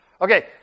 Okay